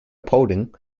paulding